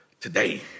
today